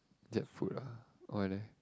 jackfruit lah why leh